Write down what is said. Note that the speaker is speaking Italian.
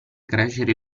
crescere